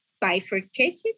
bifurcated